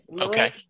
Okay